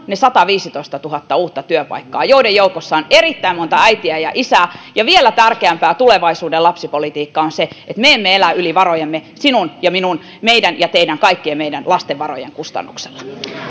ne sataviisitoistatuhatta uutta työpaikkaa joiden joukossa on erittäin monta äitiä ja isää ja vielä tärkeämpää tulevaisuuden lapsipolitiikkaa on se että me emme elä yli varojemme sinun ja minun meidän ja teidän kaikkien meidän lasten varojen kustannuksella